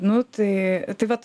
nu tai tai vat